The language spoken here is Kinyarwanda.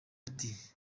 ati